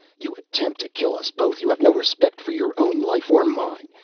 you attempt to kill us both. you have no respect for your own life or mine.